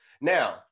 Now